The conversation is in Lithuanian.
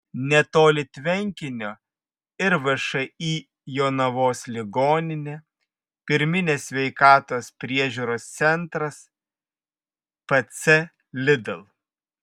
netoli tvenkinio ir všį jonavos ligoninė pirminės sveikatos priežiūros centras pc lidl